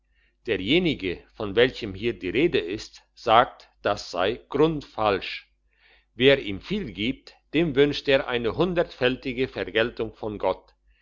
derjenige von welchem hier die rede ist sagt das sei grundfalsch wer ihm viel gibt dem wünscht er eine hundertfältige vergeltung von gott